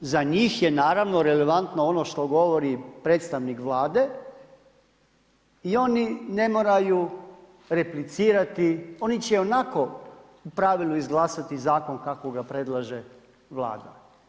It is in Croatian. Za njih je naravno relevantno ono što govori predstavnik Vlade i oni ne moraju replicirati oni će i onako u pravilu izglasati zakon kako ga predlaže Vlada.